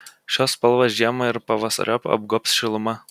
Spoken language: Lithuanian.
šios spalvos žiemą ir pavasariop apgobs šiluma